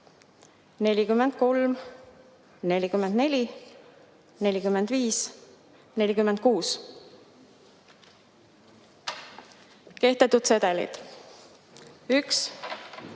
43, 44, 45, 46. Kehtetud sedelid: 1,